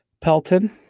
Pelton